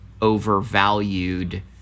overvalued